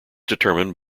determined